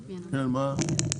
כן, מה?